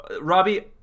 Robbie